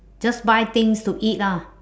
just buy things to eat lah